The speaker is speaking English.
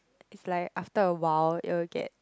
is like after a while it will get